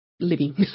living